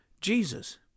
Jesus